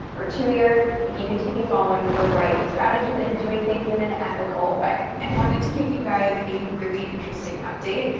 or two years, if you continue following the right strategies and doing things in an ethical way. i and wanted to give you guys a really interesting update.